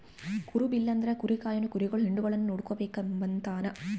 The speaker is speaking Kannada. ಕುರುಬ ಇಲ್ಲಂದ್ರ ಕುರಿ ಕಾಯೋನು ಕುರಿಗುಳ್ ಹಿಂಡುಗುಳ್ನ ನೋಡಿಕೆಂಬತಾನ